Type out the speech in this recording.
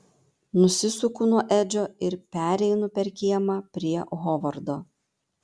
nusisuku nuo edžio ir pereinu per kiemą prie hovardo